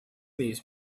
these